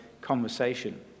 conversation